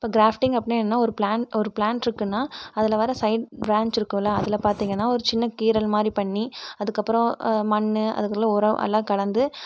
இப்போ கிராஃப்டிங் அப்படின்னா என்ன ஒரு ப்ளாண்ட் ஒரு ப்ளாண்ட் இருக்குதுன்னா அதில் வர சைட் ப்ராஞ்ச் இருக்கும்ல அதில் பார்த்திங்கனா ஒரு சின்னக் கீறல்மாதிரி பண்ணி அதுக்கப்புறம் மண் அதுக்குள்ள உரம் அதெல்லாம் கலந்து